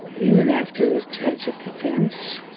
even after the tragic events,